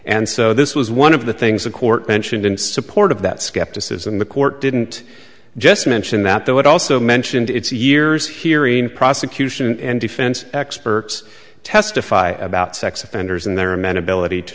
and so this was one of the things the court mentioned in support of that skepticism the court didn't just mention that there would also mentioned it's years hearing prosecution and defense experts testify about sex offenders and there are many ability to